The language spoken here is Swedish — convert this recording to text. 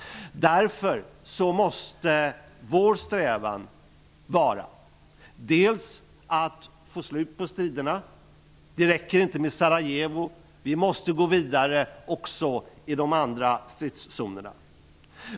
Därför måste vår strävan vara att få slut på striderna. Det räcker inte med Sarajevo. Vi måste gå vidare också i de andra stridszonerna.